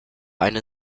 eine